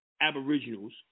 Aboriginals